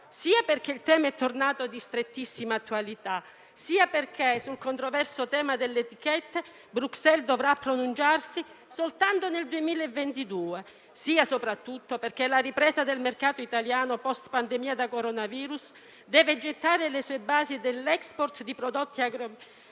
sia perché il tema è tornato di strettissima attualità; sia perché sul controverso tema delle etichette Bruxelles dovrà pronunciarsi soltanto nel 2022; sia soprattutto perché la ripresa del mercato italiano *post* pandemia da coronavirus deve gettare le sue basi dell'*export* di prodotti agroalimentari